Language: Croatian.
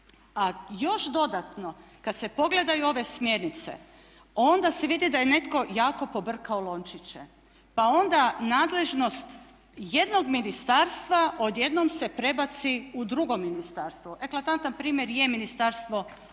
A još dodatno kad se pogledaju ove smjernice onda se vidi da je netko jako pobrkao lončiće, pa onda nadležnost jednog ministarstva odjednom se prebaci u drugo ministarstvo. Eklatantan primjer je Ministarstvo obrane